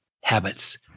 habits